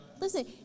listen